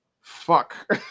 Fuck